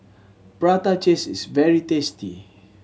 prata cheese is very tasty